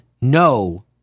no